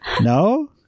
No